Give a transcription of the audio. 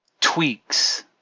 Tweaks